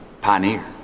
Pioneer